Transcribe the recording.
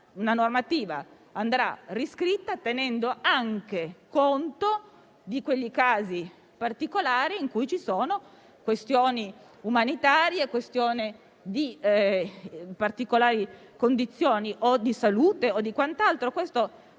la normativa andrà riscritta, tenendo anche conto di quei casi particolari in cui ci sono questioni umanitarie, particolari condizioni di salute o quant'altro,